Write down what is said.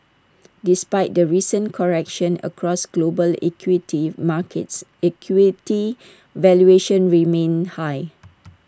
despite the recent correction across global equity markets equity valuations remain high